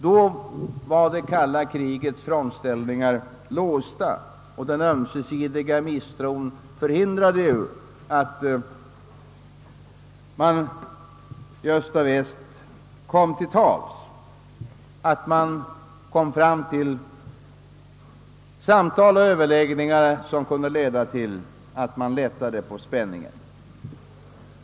Då var det kalla krigets frontställningar låsta, och den ömsesidiga misstron hindrade effektivt alla försök att komma till tals med varandra i samtal och överläggningar som kunde lätta på spänningen.